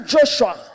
Joshua